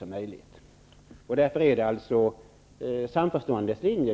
Jag gör mig därför till talesman för samförståndets linje,